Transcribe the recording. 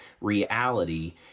reality